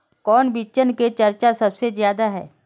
कौन बिचन के चर्चा सबसे ज्यादा है?